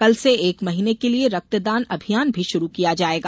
कल से एक महीने के लिये रक्तदान अभियान भी शुरू किया जायेगा